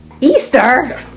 Easter